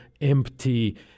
empty